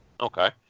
Okay